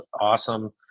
awesome